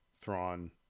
Thrawn